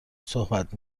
صحبت